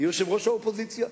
היא יושבת-ראש האופוזיציה.